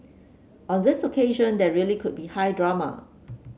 on this occasion there really could be high drama